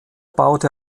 baute